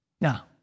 Now